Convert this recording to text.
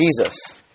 Jesus